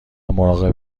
مراقب